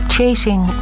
Chasing